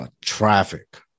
traffic